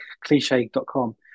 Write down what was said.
Cliche.com